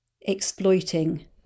exploiting